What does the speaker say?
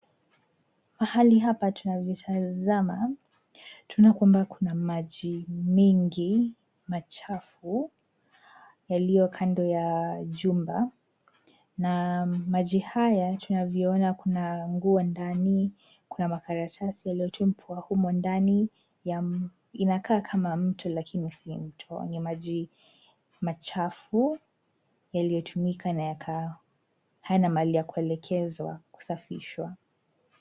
Mahali hapa tunavyotazama, tunaona kwamba kuna maji mengi machafu yaliyo kando ya jumba na maji haya tunavyoona kuna nguo ndani, kuna makaratasi yaliyotupwa humo ndani. Inakaa kama mto lakini si mto. Ni maji machafu yaliyotumika na hayana mahali ya kuelekezwa kusafishwa.